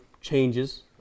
changes